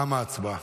תמה ההצבעה.